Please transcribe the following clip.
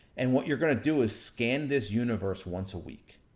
and what you're gonna do, is scan this universe once a week.